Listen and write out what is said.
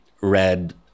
read